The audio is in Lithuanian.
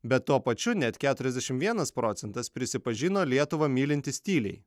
bet tuo pačiu net keturiasdešimt vienas procentas prisipažino lietuvą mylintis tyliai